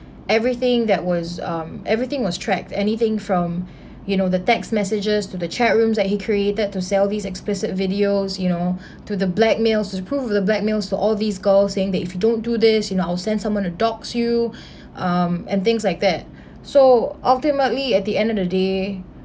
everything that was um everything was tracked anything from you know the text messages to the chat rooms that he created to sell these explicit videos you know to the blackmail to prove the blackmails to all these girls saying that if you don't do this you know I'll send someone to dogs you um and things like that so ultimately at the end of the day